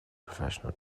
professional